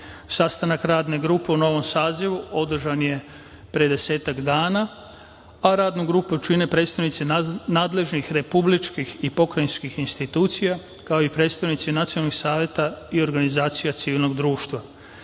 manjina. Sastanak Radne grupe u novom sazivu održan je pre desetak dana, a Radnu grupu čine predstavnici nadležnih republičkih i pokrajinskih institucija, kao i predstavnici nacionalnih saveta i organizacija civilnog društva. Na